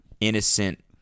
innocent